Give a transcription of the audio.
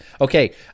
okay